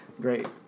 Great